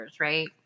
right